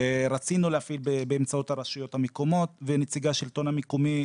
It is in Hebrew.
רצינו להפעיל באמצעות הרשויות המקומיות ונציגי השלטון המקומי,